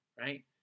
right